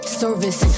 service